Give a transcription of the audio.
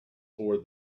for